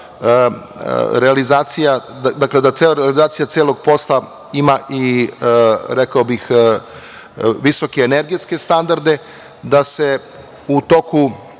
realizacija, dakle da cela realizacija celog posla ima i visoke energetske standarde, da se u toku